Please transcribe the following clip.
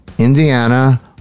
Indiana